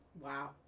wow